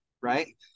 right